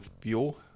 Fuel